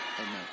Amen